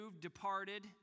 departed